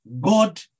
God